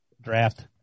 draft